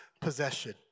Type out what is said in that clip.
possession